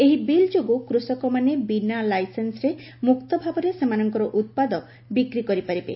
ଏହି ବିଲ୍ ମାଧ୍ଧମରେ କୃଷକମାନେ ବିନା ଲାଇସେନ୍ୱରେ ମୁକ୍ତଭାବରେ ସେମାନଙ୍କ ଉପାଦ ବିକ୍ରି କରିପାରିବେ